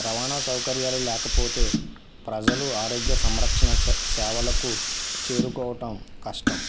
రవాణా సౌకర్యాలు లేకపోతే ప్రజలు ఆరోగ్య సంరక్షణ చే సేవలకు చేరుకోవటం కష్టం